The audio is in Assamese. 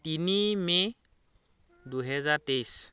তিনি মে' দুহেজাৰ তেইছ